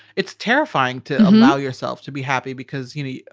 it's terrifying to allow yourself to be happy because, you know,